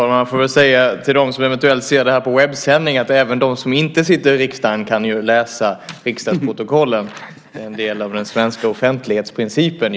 Herr talman! Till dem som eventuellt ser detta som webbsändning vill jag säga att även de som inte sitter i riksdagen kan läsa riksdagsprotokollen. Det är en del av den svenska offentlighetsprincipen.